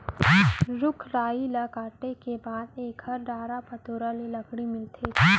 रूख राई ल काटे के बाद एकर डारा पतोरा ले लकड़ी मिलथे